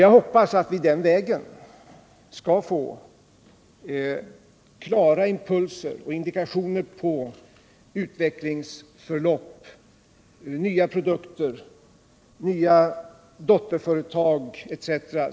Jag hoppas att vi den vägen skall få klara impulser till och indikationer på utvecklingsförlopp och nya produkter, nya dotterföretag etc.